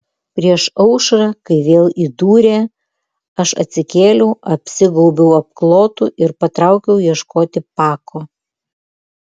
prieš aušrą kai vėl įdūrė aš atsikėliau apsigaubiau apklotu ir patraukiau ieškoti pako